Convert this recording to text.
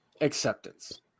acceptance